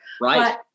Right